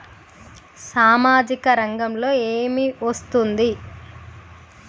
సామాజిక రంగంలో ఏమి వస్తుంది?